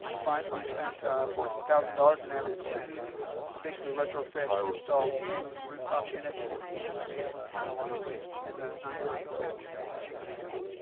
fund we spent ah fourteen thousand dollars and added to a basically retrofit and installed two rooftop units for the male and female locker rooms in the nine hundred building at higley high school